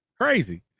Crazy